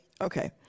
Okay